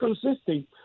consisting